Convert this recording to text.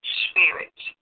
spirits